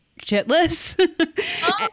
shitless